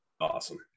Awesome